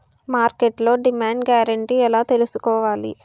మార్కెట్లో demand guarantee ఎలా తెల్సుకోవాలి?